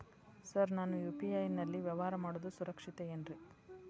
Sir ನಾನು UPI ನಲ್ಲಿ ವ್ಯವಹಾರ ಮಾಡೋದು ಸುರಕ್ಷಿತ ಏನ್ರಿ?